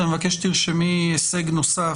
אני מבקש שתרשמי הישג נוסף,